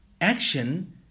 action